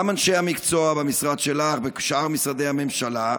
גם אנשי המקצוע במשרד שלך ובשאר משרדי הממשלה,